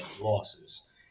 losses